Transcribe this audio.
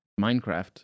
Minecraft